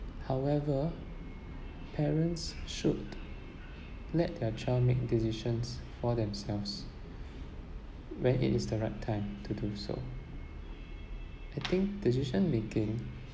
however parents should let their child make decisions for themselves when it is the right time to do so I think decision-making